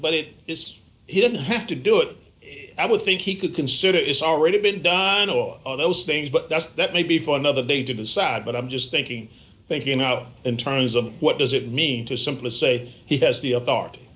but it is he didn't have to do it i would think he could consider it's already been done on those things but that's that may be for another day to the sad but i'm just thinking thinking out in terms of what does it mean to simply say he has the authority